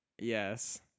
Yes